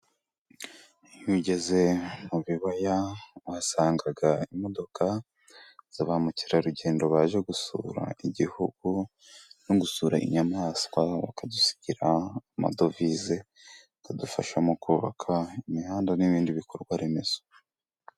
Iyo ugeze mu bibaya, uhasanga imodoka za ba mukerarugendo baje gusura Igihugu no gusura inyamaswa, bakadusigira amadovize, bikadufasha mu kubaka imihanda n'ibindi bikorwa remezo.